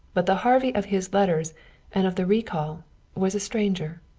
but the harvey of his letters and of the recall was a stranger.